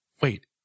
wait